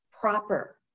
proper